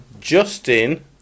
Justin